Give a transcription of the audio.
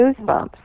goosebumps